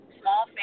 small